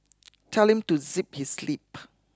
tell him to zip his lip